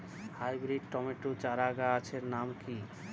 Hybrid tomato চারাগাছের নাম কি?